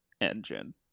engine